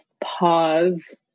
pause